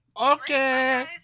Okay